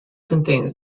contains